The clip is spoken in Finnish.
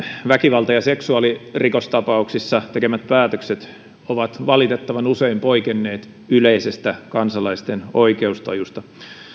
väkivalta ja seksuaalirikostapauksissa tekemät päätökset ovat valitettavan usein poikenneet yleisestä kansalaisten oikeustajusta